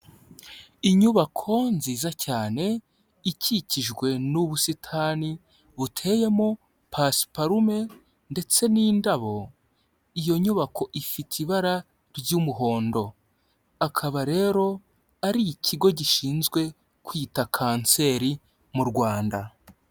Inyubako nziza cyane, ikikijwe n'ubusitani, buteyemo pasiparume ndetse n'indabo, iyo nyubako ifite ibara ry'umuhondo. Akaba rero ari ikigo gishinzwe, kwita kanseri mu Rwanda.